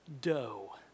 dough